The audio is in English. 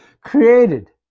Created